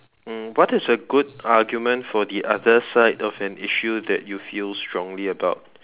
um what is a good argument for the other side of an issue that you feel strongly about